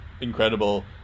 incredible